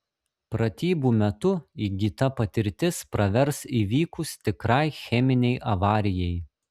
pratybų metu įgyta patirtis pravers įvykus tikrai cheminei avarijai